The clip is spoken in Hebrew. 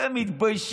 אתם לא מתביישים?